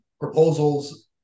proposals